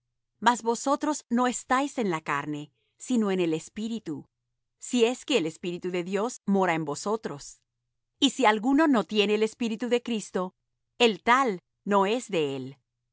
mas vosotros no estáis en la carne sino en el espíritu si es que el espíritu de dios mora en vosotros y si alguno no tiene el espíritu de cristo el tal no es de él